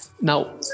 Now